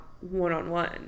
one-on-one